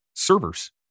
servers